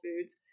Foods